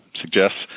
suggests